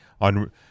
on